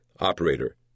Operator